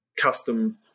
custom